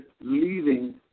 leaving